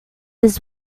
his